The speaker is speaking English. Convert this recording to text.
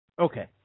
Okay